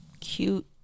cute